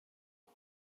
ich